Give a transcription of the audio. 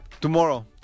tomorrow